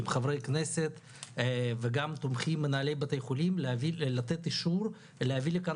עם חברי כנסת וגם תומכים במנהלי בתי חולים לתת אישור להביא לכאן